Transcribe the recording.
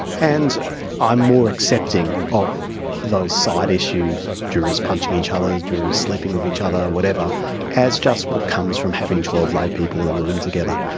and i'm more accepting of those side issues jurors punching each ah other, jurors sleeping with each other, whatever as just what comes from having twelve laypeople in a room together.